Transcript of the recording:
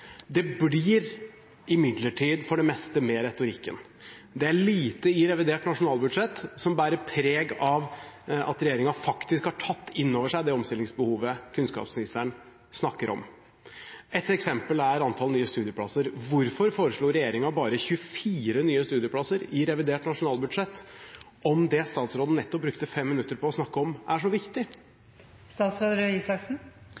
blir det for det meste med retorikken. Det er lite i revidert nasjonalbudsjett som bærer preg av at regjeringen faktisk har tatt inn over seg omstillingsbehovet som kunnskapsministeren snakker om. Et eksempel er antall nye studieplasser. Hvorfor foreslo regjeringen bare 24 nye studieplasser i revidert nasjonalbudsjett hvis det som statsråden brukte 5 minutter på å snakke om, er så viktig?